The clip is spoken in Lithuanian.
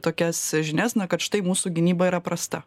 tokias žinias na kad štai mūsų gynyba yra prasta